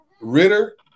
Ritter